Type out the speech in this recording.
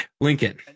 Lincoln